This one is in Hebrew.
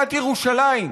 חלוקת ירושלים,